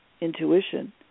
intuition